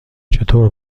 چطور